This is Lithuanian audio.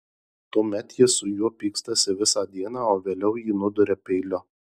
tuomet ji su juo pykstasi visą dieną o vėliau jį nuduria peiliu